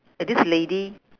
and this lady